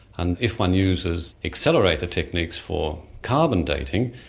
and if one uses accelerator techniques for carbon dating,